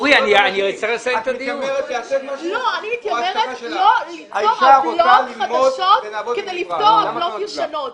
אני אומרת לא ליצור עוולות חדשות כדי לפתור עוולות ישנות.